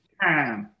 time